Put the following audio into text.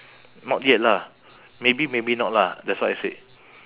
not yet lah maybe maybe not lah that's what I said